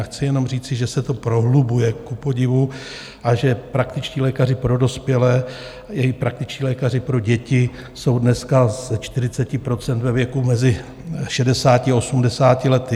Chci jenom říci, že se to prohlubuje kupodivu a že praktičtí lékaři pro dospělé i praktičtí lékaři pro děti jsou dneska ze 40 % ve věku mezi 60 a 80 lety.